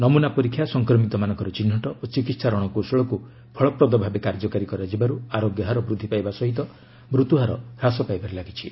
ନମୁନା ପରୀକ୍ଷା ସଂକ୍ରମିତମାନଙ୍କର ଚିହ୍ନଟ ଓ ଚିକିତ୍ସା ରଣକୌଶଳକୁ ଫଳପ୍ରଦଭାବେ କାର୍ଯ୍ୟକାରୀ କରାଯିବାରୁ ଆରୋଗ୍ୟ ହାର ବୃଦ୍ଧି ପାଇବା ସହ ମୃତ୍ୟୁହାର ହ୍ରାସ ପାଇବାରେ ଲାଗିଛି